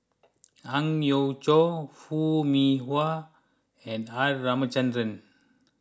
Ang Yau Choon Foo Mee Har and R Ramachandran